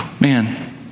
Man